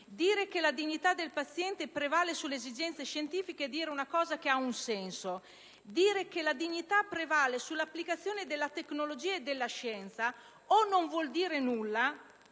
Dire che la dignità del paziente prevale sulle esigenze scientifiche è dire una cosa che ha un senso; dire che la dignità prevale sull'applicazione della tecnologia e della scienza, o non vuole dire nulla,